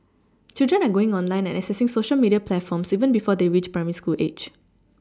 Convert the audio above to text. children are going online and accessing Social media platforms even before they reach primary school age